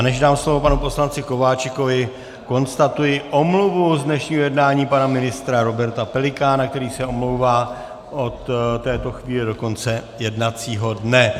Než dám slovo panu poslanci Kováčikovi, konstatuji omluvu z dnešního jednání pana ministra Roberta Pelikána, který se omlouvá od této chvíle do konce jednacího dne.